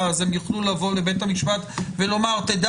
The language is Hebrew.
היא תוכל לבוא לבית המשפט ולומר לשופט